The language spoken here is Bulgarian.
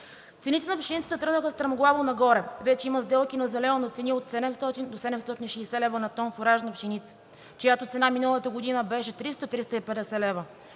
Цените на пшеницата тръгнаха стремглаво нагоре, вече има сделки на зелено на цени от 700 до 760 лв. на тон фуражна пшеница, чиято цена миналата година беше 300 – 350 лв.